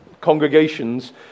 congregations